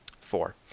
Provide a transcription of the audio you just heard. Four